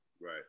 right